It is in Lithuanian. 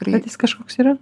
bet jis kažkoks yra